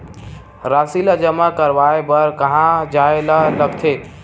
राशि ला जमा करवाय बर कहां जाए ला लगथे